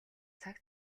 цаг